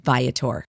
Viator